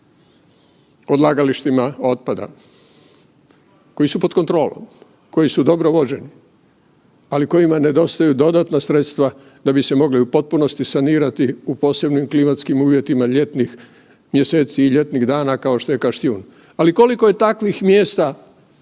odlagalištima otpada, koji su pod kontrolom, koji su dobro vođeni, ali kojima nedostaju dodatna sredstva da bi se mogli u potpunosti sanirati u posebnim klimatskim uvjetima ljetnih mjeseci i ljetnih dana kao što je Kaštijun. Ali koliko je takvih mjesta